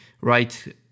right